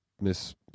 miss